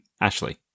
Ashley